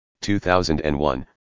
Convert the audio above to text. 2001